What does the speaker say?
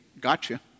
gotcha